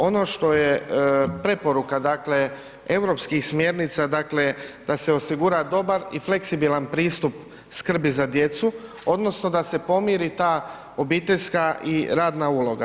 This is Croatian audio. Ono što je preporuka, dakle europskih smjernica, dakle da se osigura dobar i fleksibilan pristup skrbi za djecu odnosno da se pomiri ta obiteljska i radna uloga.